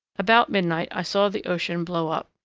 about midnight i saw the ocean blow up,